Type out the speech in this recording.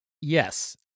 yes